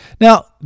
Now